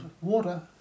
water